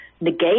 negate